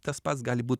tas pats gali būt